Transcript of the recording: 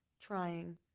trying